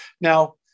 Now